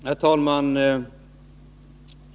Herr talman!